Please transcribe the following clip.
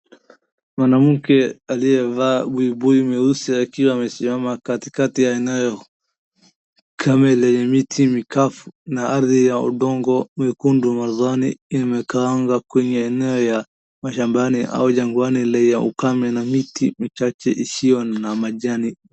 Mwanamke aliyevaa buibui nyeusi akiwa amesimama katikati la eneo kame lenye miti mikavu na ardhi ya udongo mwekundu nadhani inakaa kwenye eneo la mashambani au jangani la ukame na miti michache isiyo na majani.